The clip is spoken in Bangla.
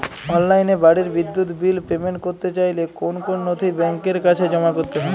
অনলাইনে বাড়ির বিদ্যুৎ বিল পেমেন্ট করতে চাইলে কোন কোন নথি ব্যাংকের কাছে জমা করতে হবে?